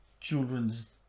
children's